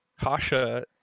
Kasha